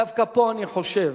דווקא פה אני חושב